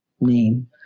name